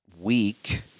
week